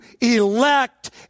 elect